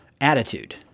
attitude